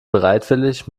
bereitwillig